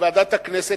בוועדת הכנסת,